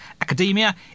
academia